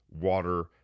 water